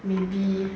maybe